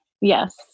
Yes